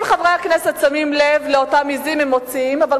ואם חברי הכנסת שמים לב לאותן עזים הם מוציאים אותן,